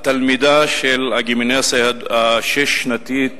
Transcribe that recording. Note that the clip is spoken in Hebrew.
תלמידת הגימנסיה השש-שנתית